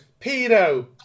pedo